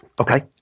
Okay